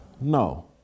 No